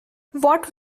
what